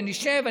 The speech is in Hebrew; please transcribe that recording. ונשב.